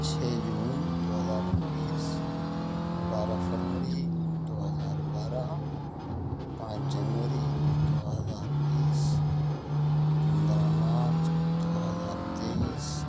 چھ جون دو ہزار اُنیس بارہ فروری دو ہزار بارہ پانچ جنوری دو ہزار بیس پندرہ مارچ دو ہزار تیئیس